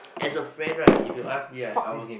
as a friend right if you ask me right I will